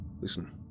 listen